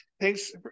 thanks